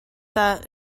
that